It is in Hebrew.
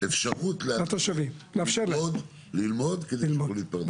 אפשרות ללמוד כדי שיוכלו להתפרנס.